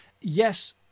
Yes